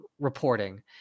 reporting